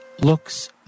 looks